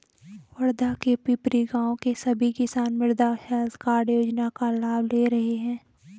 वर्धा के पिपरी गाँव के सभी किसान मृदा हैल्थ कार्ड योजना का लाभ ले रहे हैं